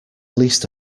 least